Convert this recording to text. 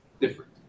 different